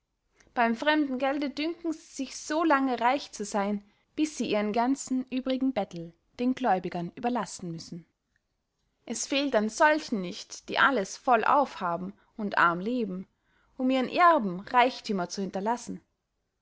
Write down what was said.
beym fremden gelde dünken sie sich so lange reich zu seyn bis sie ihren ganzen übrigen bettel den gläubigern überlassen müssen es fehlt an solchen nicht die alles vollauf haben und arm leben um ihren erben reichthümer zu hinterlassen